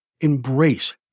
embrace